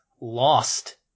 lost